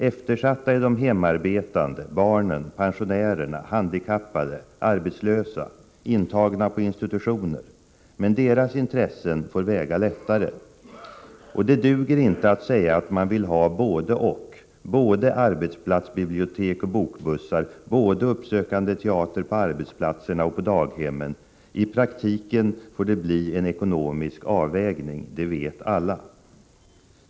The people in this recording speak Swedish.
Eftersatta är de hemarbetande, barnen, pensionärerna, de handikappade, de arbetslösa och de som är intagna på institutioner. Men deras intressen får väga lättare. Det duger inte att säga att man vill ha både-och — både arbetsplatsbibliotek och bokbussar, både uppsökande teater på arbetsplatserna och på daghemmen. I praktiken får det bli en ekonomisk avvägning, det vet alla.